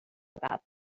about